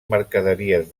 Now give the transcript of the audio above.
mercaderies